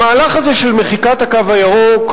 המהלך הזה של מחיקת "הקו הירוק",